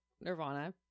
Nirvana